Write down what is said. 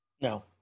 No